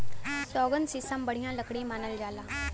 सौगन, सीसम बढ़िया लकड़ी मानल जाला